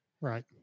Right